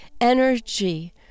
energy